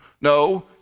No